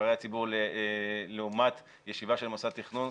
נבחרי ציבור, לעומת ישיבה של מוסד תכנון,